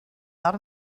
out